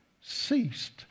ceased